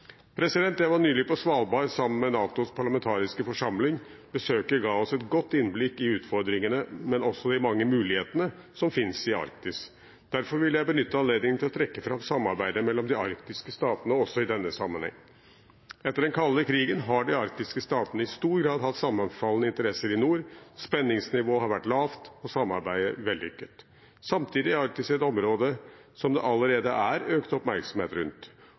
Jeg var nylig på Svalbard sammen med NATOs parlamentariske forsamling. Besøket ga oss et godt innblikk i utfordringene, men også i de mange mulighetene som finnes i Arktis. Derfor vil jeg benytte anledningen til å trekke fram samarbeidet mellom de arktiske statene også i denne sammenheng. Etter den kalde krigen har de arktiske statene i stor grad hatt sammenfallende interesser i nord. Spenningsnivået har vært lavt og samarbeidet vellykket. Samtidig er Arktis et område som det allerede er økt oppmerksomhet